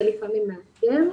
זה לפעמים מאתגר.